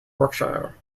berkshire